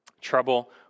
Trouble